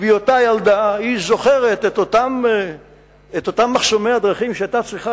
ובהיותה ילדה היא זוכרת את אותם מחסומי הדרכים שהיתה צריכה